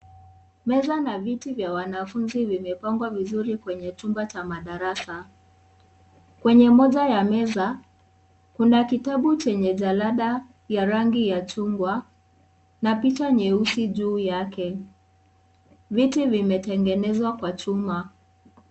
Meza na viti vya wanafunzi vimepangwa vizuri kwenye chumba cha madarasa kwenye moja ya meza kuna kitabu chenye jalada ya rangi chungwa na picha nyeusi juu yake , viti vimetengenezwa kwa chuma.